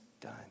done